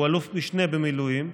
הוא אלוף משנה במילואים,